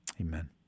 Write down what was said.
amen